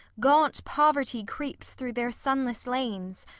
gaunt poverty creeps through their sunless lanes,